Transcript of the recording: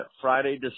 Friday